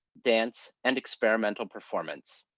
dance, and experimental performance.